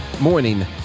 Morning